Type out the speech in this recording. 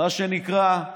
מה שנקרא,